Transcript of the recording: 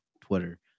Twitter